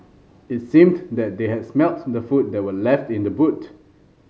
it seemed that they had smelt the food that were left in the boot